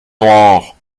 noir